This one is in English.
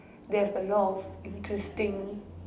they have a lot of interesting